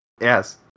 Yes